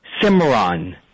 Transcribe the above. Cimarron